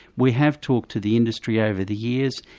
we have talked to the industry over the years,